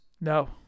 no